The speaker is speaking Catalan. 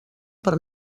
per